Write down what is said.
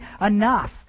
Enough